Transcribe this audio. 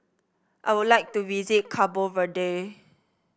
I would like to visit Cabo Verde